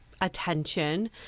attention